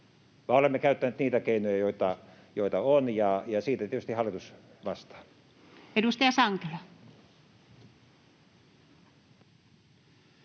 olemme käyttäneet niitä keinoja, joita on, ja siitä tietysti hallitus vastaa. Edustaja Sankelo.